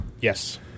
Yes